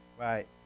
Right